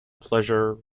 pleasure